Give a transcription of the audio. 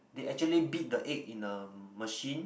they actually beat the egg in the machine